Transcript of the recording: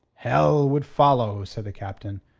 hell would follow, said the captain.